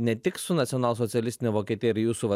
ne tik su nacionalsocialistine vokietija ir jūsų va